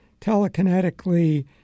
telekinetically